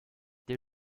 dès